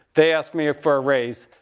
they asked me for a raise,